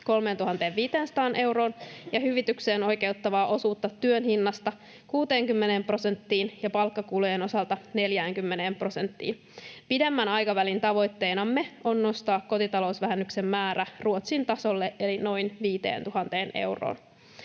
3 500 euroon ja hyvitykseen oikeuttavaa osuutta työn hinnasta 60 prosenttiin ja palkkakulujen osalta 40 prosenttiin. Pidemmän aikavälin tavoitteenamme on nostaa kotitalousvähennyksen määrä Ruotsin tasolle eli noin 5 000 euroon.